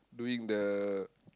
doing the